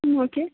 ம் ஓகே